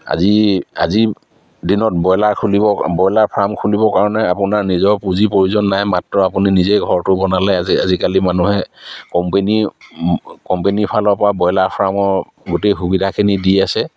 আজি আজিৰ দিনত ব্ৰইলাৰ খুলিব ব্ৰইলাৰ ফাৰ্ম খুলিবৰ কাৰণে আপোনাৰ নিজৰ পুঁজিৰ প্ৰয়োজন নাই মাত্ৰ আপুনি নিজে ঘৰটো বনালে আজি আজিকালি মানুহে কোম্পেনী কোম্পেনীৰ ফালৰপৰা ব্ৰইলাৰ ফাৰ্মৰ গোটেই সুবিধাখিনি দি আছে